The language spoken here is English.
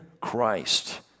Christ